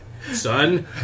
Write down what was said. Son